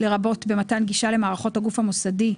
לרבות במתן גישה למערכות הגוף המוסדי,